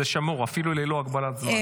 זה שמור, אפילו ללא הגבלת זמן.